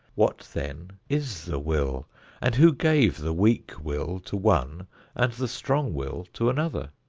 what then is the will and who gave the weak will to one and the strong will to another?